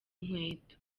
inkweto